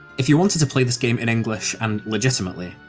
if you wanted to play this game in english, and legitimately,